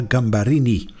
Gambarini